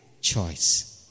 choice